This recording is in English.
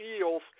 eels